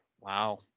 Wow